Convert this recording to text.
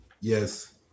Yes